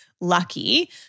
lucky